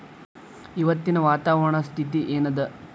ಇವತ್ತಿನ ವಾತಾವರಣ ಸ್ಥಿತಿ ಏನ್ ಅದ?